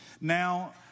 Now